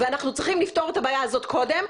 ואנחנו צריכים לפתור את הבעיה הזאת קודם,